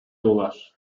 dolar